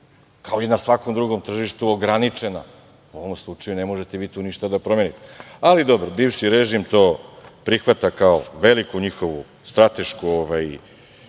kao i na svakom drugom tržištu, ograničena. U ovom slučaju ne možete vi tu ništa da promenite. Ali, dobro, bivši režim to prihvata kao veliku njihovu stratešku